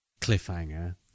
cliffhanger